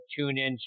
TuneIn